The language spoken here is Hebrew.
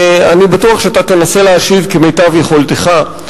ואני בטוח שאתה תנסה להשיב כמיטב יכולתך,